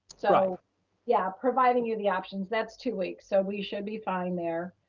so yeah providing you the options that's two weeks. so we should be fine there.